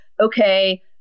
okay